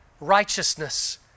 righteousness